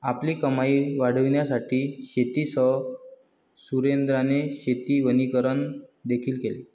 आपली कमाई वाढविण्यासाठी शेतीसह सुरेंद्राने शेती वनीकरण देखील केले